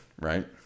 right